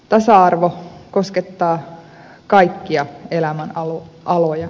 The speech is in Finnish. tasa arvo koskettaa kaikkia elämän aloja